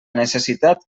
necessitat